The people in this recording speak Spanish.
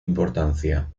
importancia